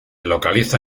localiza